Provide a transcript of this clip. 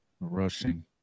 rushing